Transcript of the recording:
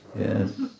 yes